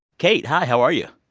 kate, hi. how are you?